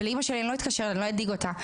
ולא רציתי להתקשר לאימא שלי ולהדאיג אותה.